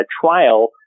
trial